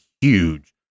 huge